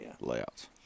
layouts